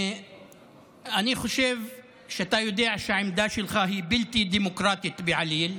אני חושב שאתה יודע שהעמדה שלך היא בלתי דמוקרטית בעליל,